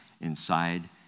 inside